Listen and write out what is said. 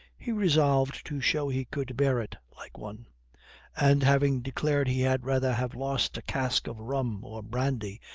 he resolved to show he could bear it like one and, having declared he had rather have lost a cask of rum or brandy,